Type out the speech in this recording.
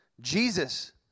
Jesus